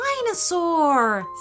dinosaur